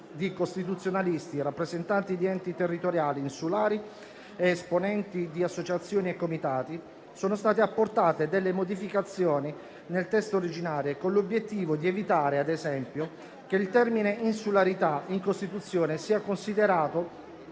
di costituzionalisti, rappresentanti di enti territoriali insulari ed esponenti di associazioni e comitati, sono state apportate delle modificazioni al testo originario con l'obiettivo di evitare, ad esempio, che il termine insularità in Costituzione sia considerato